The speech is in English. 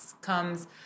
comes